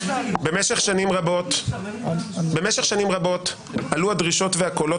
במשך שנים רבות עלו הדרישות והקולות